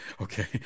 Okay